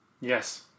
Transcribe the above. Yes